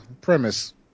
premise